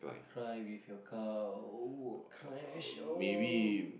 cry with your car oh crash oh